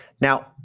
Now